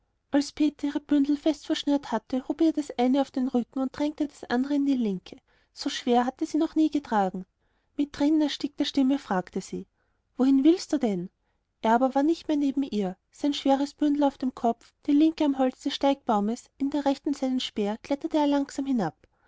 als peter ihre bündel fest verschnürt hatte hob er ihr das eine auf den rücken und drängte ihr das andere in die linke so schwer hatte sie noch nie getragen mit tränenerstickter stimme fragte sie wohin willst du denn er aber war nicht mehr neben ihr sein schweres bündel auf dem kopf die linke am holz des steigbaumes in der rechten seinen speer kletterte er langsam hinab